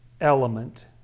element